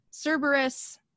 Cerberus